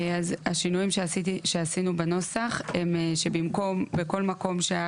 אז השינויים שעשינו בנוסח הם שבמקום בכל מקום שהיה